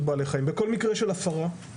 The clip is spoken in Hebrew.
כי אי אפשר לקרוא לזה בדרך